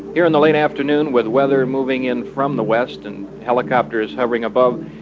here in the late afternoon, with weather moving in from the west and helicopters hovering above,